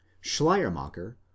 schleiermacher